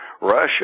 Russia